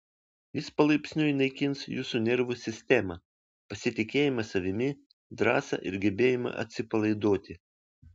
jis palaipsniui naikins jūsų nervų sistemą pasitikėjimą savimi drąsą ir gebėjimą atsipalaiduoti